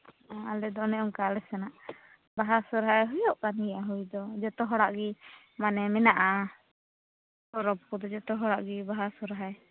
ᱚ ᱟᱞᱮ ᱫᱚ ᱚᱱᱮ ᱚᱱᱠᱟ ᱟᱞᱮ ᱥᱮᱱᱟᱜ ᱵᱟᱦᱟ ᱥᱚᱦᱚᱨᱟᱭ ᱦᱩᱭᱩᱜ ᱠᱟᱱ ᱜᱮᱭᱟ ᱦᱩᱭ ᱫᱚ ᱡᱚᱛᱚ ᱦᱚᱲᱟᱜ ᱜᱤ ᱢᱟᱱᱮ ᱢᱮᱱᱟᱜᱼᱟ ᱯᱚᱨᱚᱵᱽ ᱠᱚᱫᱚ ᱡᱚᱛᱚ ᱦᱚᱲᱟᱜ ᱵᱟᱦᱟ ᱥᱚᱦᱚᱨᱟᱭ